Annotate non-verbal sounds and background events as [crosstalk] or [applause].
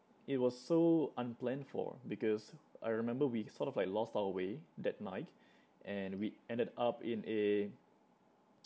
it was so unplanned for because I remember we sort of like lost our way that night and we ended up in a [noise]